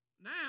Now